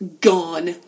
Gone